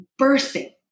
birthing